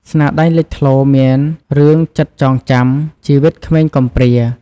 ស្នាដៃលេចធ្លោមានរឿង ចិត្តចងចាំ ជីវិតក្មេងកំព្រា។